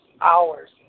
hours